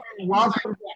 welcome